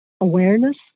awareness